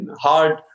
hard